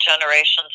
generations